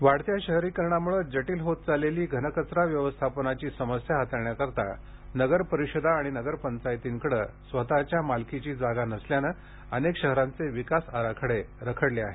घनकचरा वाढत्या शहरीकरणामुळं जटील होत चाललेली घनकचरा व्यवस्थापनाची समस्या हाताळण्यासाठी नगर परिषदा आणि नगर पंचायतींकडे स्वतःच्या मालकीची जागा नसल्यानं अनेक शहरांचे विकास आराखडे रखडले आहेत